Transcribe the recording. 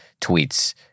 tweets